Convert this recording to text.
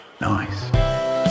Nice